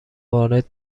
وارد